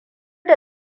da